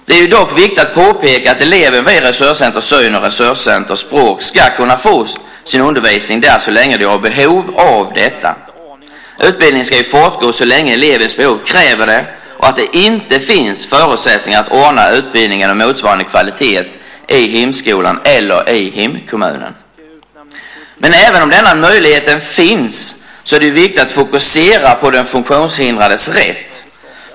Det är dock viktigt att påpeka att elever vid Resurscenter syn och Resurscenter tal och språk ska kunna få sin undervisning där så länge de har behov av detta. Utbildningen ska fortgå så länge elevens behov kräver det och det inte finns förutsättningar att ordna utbildning av motsvarande kvalitet i hemskolan eller i hemkommunen. Men även om denna möjlighet finns är det viktigt att fokusera på den funktionshindrades rätt.